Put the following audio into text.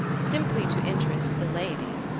simply to interest the laity,